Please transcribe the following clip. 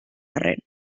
arren